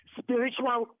spiritual